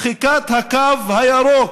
מחיקת הקו הירוק,